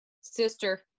Sister